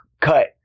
cut